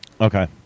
Okay